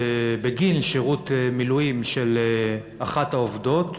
בגין, שירות מילואים של אחת העובדות,